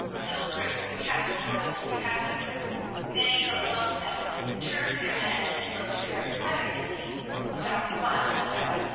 little groups kept constantly passing her many from among them turned their heads and looked at her inquiringly some smiled and bowed,